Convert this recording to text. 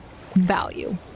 value